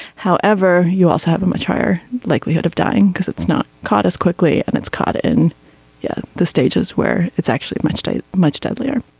however you also have a much higher likelihood of dying because it's not caught as quickly and it's caught in yeah the stages where it's actually much much deadlier.